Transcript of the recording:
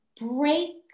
break